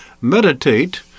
meditate